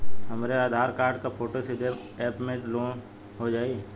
हमरे आधार कार्ड क फोटो सीधे यैप में लोनहो जाई?